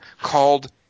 called